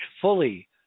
fully